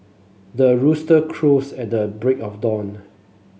the rooster crows at the break of dawn